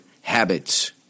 HABITS